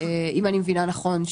אם אני מבינה נכון,